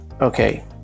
Okay